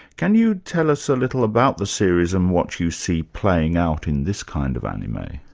can you tell us a little about the series and what you see playing out in this kind of anime?